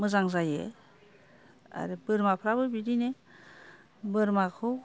मोजां जायो आरो बोरमाफ्राबो बिदिनो बोरमाखौ